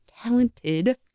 talented